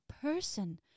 person